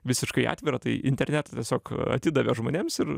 visiškai atvira tai internetą tiesiog atidavė žmonėms ir